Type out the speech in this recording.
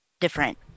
different